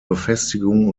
befestigung